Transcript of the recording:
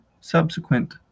subsequent